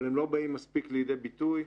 אבל הם לא באים מספיק לידי ביטוי.